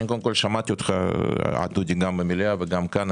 אני קודם כל שמעתי אותך עד דודי גם במליאה וגם כאן,